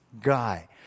guy